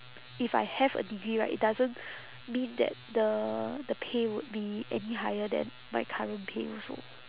if I have a degree right it doesn't mean that the the pay would be any higher than my current pay also